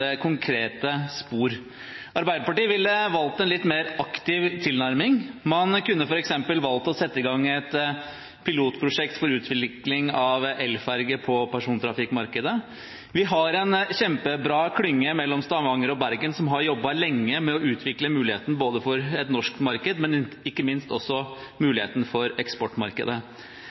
konkrete spor. Arbeiderpartiet ville valgt en litt mer aktiv tilnærming. Man kunne f.eks. valgt å sette i gang et pilotprosjekt for utvikling av elferje på persontrafikkmarkedet. Vi har en kjempebra klynge mellom Stavanger og Bergen som har jobbet lenge med å utvikle muligheten for et norsk marked, men ikke minst også muligheten for eksportmarkedet.